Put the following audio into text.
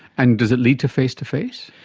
and does it lead to face-to-face?